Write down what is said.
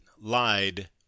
lied